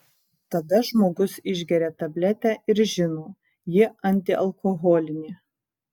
tada žmogus išgeria tabletę ir žino ji antialkoholinė